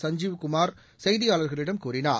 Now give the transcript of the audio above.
சஞ்ஜீவ்குமார் செய்தியாளர்களிடம் கூறினார்